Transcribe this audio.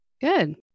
Good